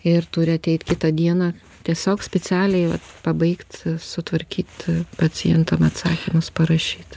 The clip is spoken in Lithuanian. ir turi ateit kitą dieną tiesiog specialiai vat pabaigt sutvarkyt pacientam atsakymus parašyt